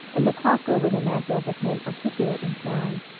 and the clock over the mantel became articulate in sound.